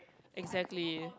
exactly